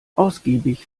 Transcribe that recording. ausgiebig